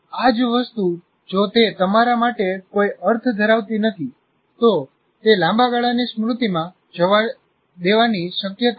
આ જ વસ્તુ જો તે તમારા માટે કોઈ અર્થ ધરાવતી નથી તો તે લાંબા ગાળાની સ્મૃતિમાં જવાની દેવાની શક્યતા નથી